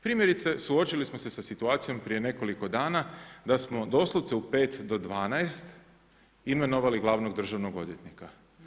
Primjerice suočili smo se sa situacijom prije nekoliko dana da smo doslovce u 5 do 12 imenovali glavnog državnog odvjetnika.